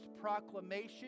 proclamation